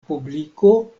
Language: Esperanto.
publiko